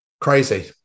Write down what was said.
Crazy